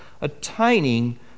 attaining